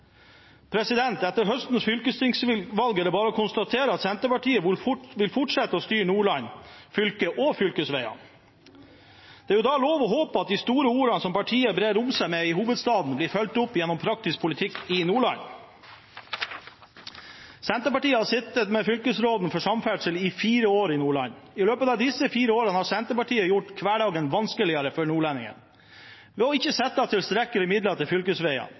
Etter høstens fylkestingsvalg er det bare å konstatere at Senterpartiet vil fortsette å styre Nordland fylke og fylkesveiene. Det er da lov å håpe at de store ordene som partiet brer om seg med i hovedstaten, blir fulgt opp gjennom praktisk politikk i Nordland. Senterpartiet har sittet med fylkesråden for samferdsel i fire år i Nordland. I løpet av disse fire årene har Senterpartiet gjort hverdagen vanskeligere for nordlendingene ved ikke å sette av tilstrekkelige midler til fylkesveiene,